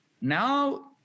Now